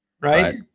right